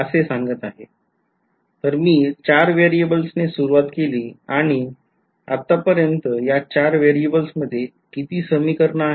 तर मी ४ variables ने सुरवात केली आणि आता पर्यन्त या ४ variables मध्ये किती समीकरणं आहेत